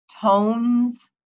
tones